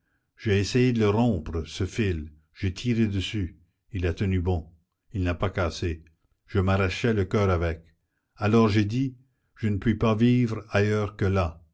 j'ai essayé de le rompre ce fil j'ai tiré dessus il a tenu bon il n'a pas cassé je m'arrachais le coeur avec alors j'ai dit je ne puis pas vivre ailleurs que là